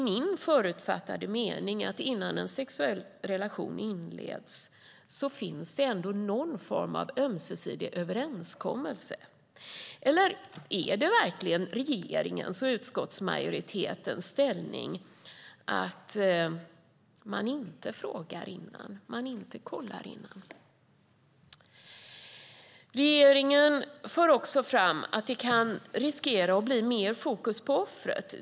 Min uppfattning är att innan en sexuell relation inleds finns ändå någon form av ömsesidig överenskommelse. Är det verkligen regeringens och utskottsmajoritetens ståndpunkt att man inte frågar innan? Regeringen för också fram att det kan riskera att bli mer fokus på offret.